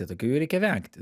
tai tokių jau reikia vengti